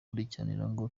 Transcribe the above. ngo